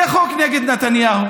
זה חוק נגד נתניהו.